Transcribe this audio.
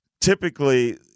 typically